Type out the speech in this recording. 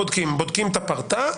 בודקים את הפרטה.